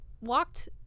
walked